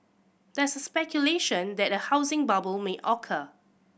there is speculation that a housing bubble may occur